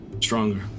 stronger